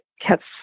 kept